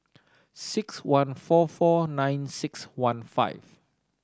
six one four four nine six one five